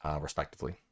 respectively